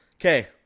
okay